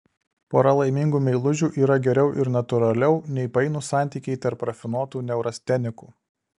pora laimingų meilužių yra geriau ir natūraliau nei painūs santykiai tarp rafinuotų neurastenikų